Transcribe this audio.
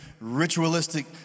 ritualistic